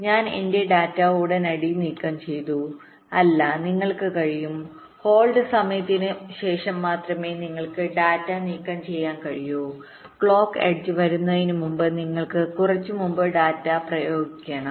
ഞാൻ എന്റെ ഡാറ്റ ഉടനടി നീക്കംചെയ്യുന്നു അല്ല നിങ്ങൾക്ക് കഴിയും ഹോൾഡ് സമയത്തിന് ശേഷം മാത്രമേ നിങ്ങൾക്ക് ഡാറ്റ നീക്കംചെയ്യാൻ കഴിയൂ ക്ലോക്ക് എഡ്ജ് വരുന്നതിന് മുമ്പ് നിങ്ങൾ കുറച്ച് മുമ്പ് ഡാറ്റ പ്രയോഗിക്കണം